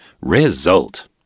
Result